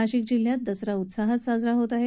नाशिक जिल्ह्यात दसरा उत्साहात साजरा होत आहे